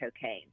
cocaine